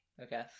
Okay